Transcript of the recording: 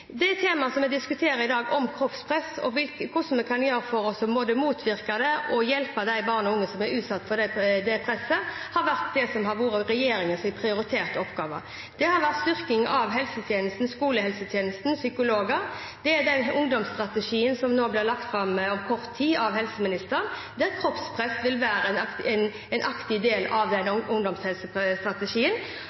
Det temaet som vi diskuterer i dag, kroppspress og hva vi kan gjøre for å motvirke det og hjelpe barn og unge som blir utsatt for det presset, er det som har vært regjeringens prioriterte oppgave. Det har vært styrking av helsetjenesten, skolehelsetjenesten og psykologtjenesten, og det er den ungdomshelsestrategien som blir lagt fram om kort tid av helseministeren, der feltet kroppspress vil være en aktiv del av